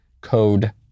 Code